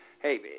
Hey